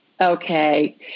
Okay